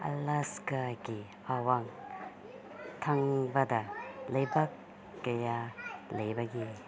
ꯑꯂꯥꯁꯀꯥꯒꯤ ꯑꯋꯥꯡ ꯊꯪꯕꯗ ꯂꯩꯕꯥꯛ ꯀꯌꯥ ꯂꯩꯕꯒꯦ